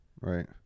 right